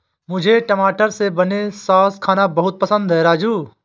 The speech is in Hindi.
मुझे टमाटर से बने सॉस खाना बहुत पसंद है राजू